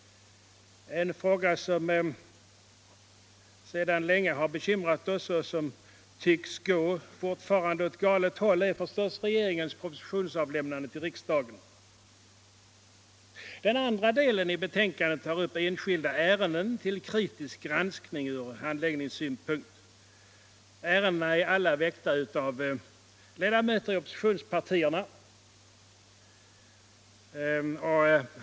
En fråga som sedan länge har bekymrat oss — och där utvecklingen fortfarande tycks gå åt galet håll — är förstås regeringens propositionsavlämnande till riksdagen. Den andra delen av betänkandet tar upp enskilda ärenden till kritisk granskning ur handläggningssynpunkt. Ärendena är alla väckta av ledamöter i oppositionspartierna.